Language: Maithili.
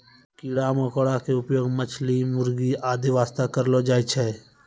कीड़ा मकोड़ा के उपयोग मछली, मुर्गी आदि वास्तॅ करलो जाय छै